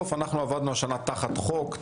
אנחנו עבדנו השנה תחת חוק,